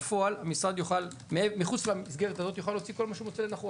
בפועל מחוץ למסגרת הזו המשרד יוכל להוציא כל מה שהוא מוצא לנכון,